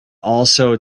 also